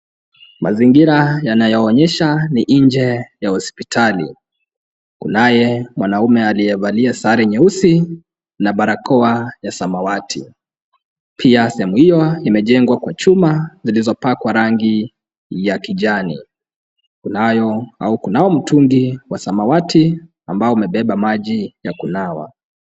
Mazingira yanayoonyesha ni nje ya hospitali. Kunaye mwanaume aliyevalia sare nyeusi na barakoa ya samawati. Pia sehemu hiyo imejengwa kwa chupa zilizopakwa rangi ya kijani. Kunayo au kunao mtungi wa samawati ambao umebeba maji ya kunawa.